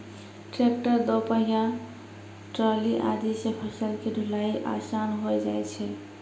tractor, दो पहिया trolley आदि सॅ फसल के ढुलाई आसान होय जाय छै